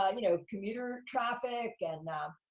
um you know, commuter traffic, and,